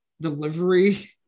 delivery